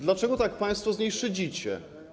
Dlaczego tak państwo z niej szydzicie?